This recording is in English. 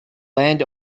land